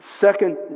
Second